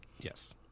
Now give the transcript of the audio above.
Yes